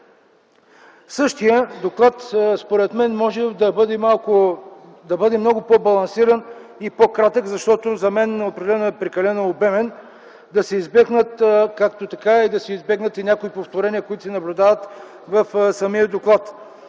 2010 г. Според мен той може да бъде много по-балансиран и по-кратък, защото за мен определено е прекалено обемен, да се избегнат някои повторения, които са наблюдават в самия доклад.